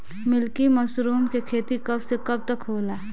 Milky mushroom के खेती कब से कब तक होला?